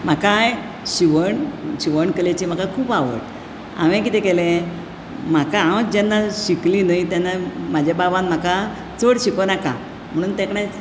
म्हाकाय शिवण शिवण कलेची म्हाका खूब आवड हांवें कितें केलें म्हाका हांव जेन्ना शिकली न्हय तेन्ना म्हज्या बाबान म्हाका चड शिकोवं नाका म्हणून ताणें